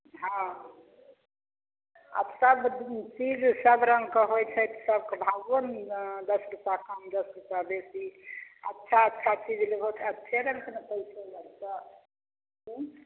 हॅं सब दिन चीज सब रङ्गके होइ छै तऽ सबके भावो ने दस रूपा कम दस रूपा बेसी अच्छा अच्छा चीज लेबहो तऽ अच्छे रङ्गके ने पैसो लगतऽ उं